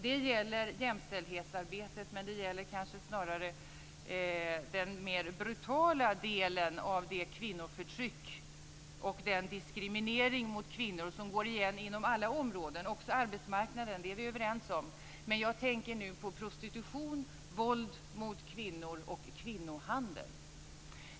Det gäller jämställdhetsarbetet men kanske snarare den mer brutala delen av det kvinnoförtryck och den diskriminering mot kvinnor som går igen inom alla områden, också arbetsmarknaden; det är vi överens om. Jag tänker nu på prostitution, våld mot kvinnor och kvinnohandel.